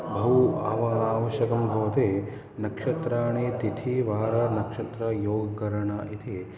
बहु आवश्यकं भवति नक्षत्राणि तिथि वार नक्षत्र योग करण इति